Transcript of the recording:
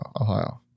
Ohio